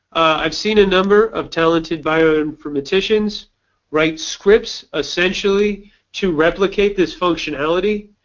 i've seen a number of talented bioinformaticians write scripts, essentially to replicate this functionality.